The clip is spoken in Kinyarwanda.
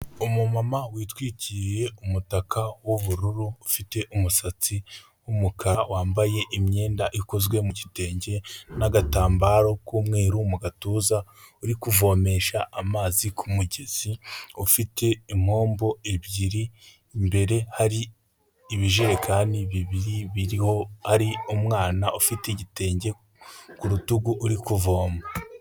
Umumama witwikiriye umutaka w'ubururu, ufite umusatsi w'umukara, wambaye imyenda ikozwe mu gitenge n'agatambaro k'umweru mu gatuza, uri kuvomesha amazi ku mugezi, ufite impombo ebyiri, imbere hari ibijerekani bibiri biriho ari umwana ufite igitenge ku rutugu uri kuvoma.